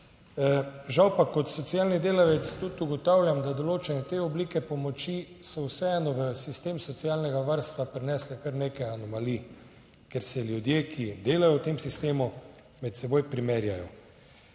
žal pa kot socialni delavec tudi ugotavljam, da določene te oblike pomoči so vseeno v sistem socialnega varstva prinesle kar nekaj anomalij, ker se ljudje, ki delajo v tem sistemu med seboj primerjajo.